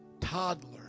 Toddler